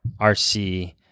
RC